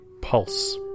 pulse